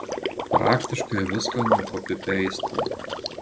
praktiškai viską nukopipeistino